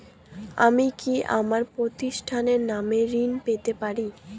আমি কি আমার প্রতিষ্ঠানের নামে ঋণ পেতে পারি?